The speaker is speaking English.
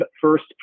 first